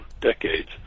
decades